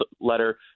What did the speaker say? letter